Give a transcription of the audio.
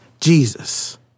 Jesus